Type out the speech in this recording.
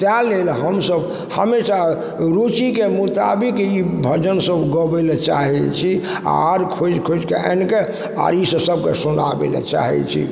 तै लेल हमसब हमेशा रूचिके मोताबिक भजन सब गाबय लए चाहय छी आओर खोजि खोजिके आनिके आओर ई सब सबके सुनाबय लए चाहय छी